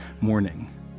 morning